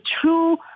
true